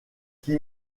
qui